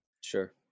Sure